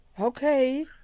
Okay